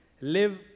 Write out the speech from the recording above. live